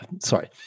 sorry